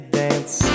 dance